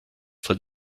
for